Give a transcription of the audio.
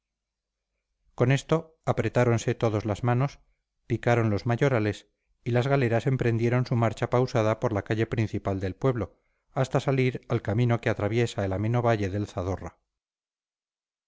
con esto apretáronse todos las manos picaron los mayorales y las galeras emprendieron su marcha pausada por la calle principal del pueblo hasta salir al camino que atraviesa el ameno valle del zadorra